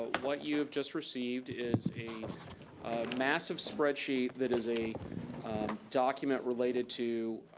what you have just received is a massive spreadsheet, that is a document related to,